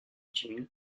jin